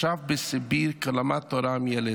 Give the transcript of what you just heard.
ישב בסיביר ולמד תורה עם ילד.